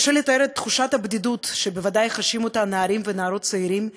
קשה לתאר את תחושת הבדידות שבוודאי חשים נערים ונערות צעירים,